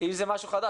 אם זה משהו חדש.